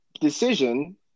decision